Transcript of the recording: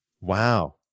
Wow